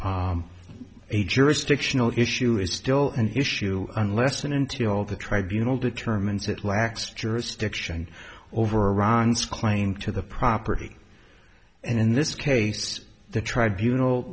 of a jurisdictional issue is still an issue unless and until the tribunals determines that lacks jurisdiction over ron's claim to the property and in this case the tribunals